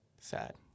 sad